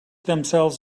themselves